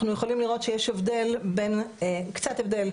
אנחנו יכולים לראות שיש קצת הבדל,